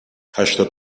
هشتاد